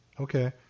Okay